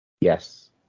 Yes